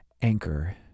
Anchor